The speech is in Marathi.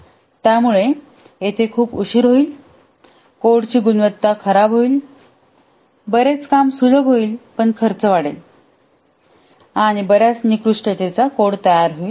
त्यामुळेयेथे खूप उशीर होईल कोडची गुणवत्ता खराब होईल बरेच काम सुलभ होईल पण खर्च वाढेल आणि बर्याच निकृष्टतेचा कोड तयार होईल